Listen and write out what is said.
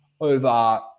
over